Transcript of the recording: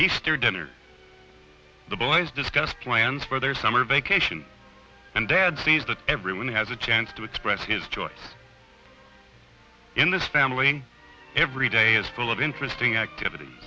east or dinner the boys discuss plans for their summer vacation and dad sees that everyone has a chance to express his joy in this family every day is full of interesting activit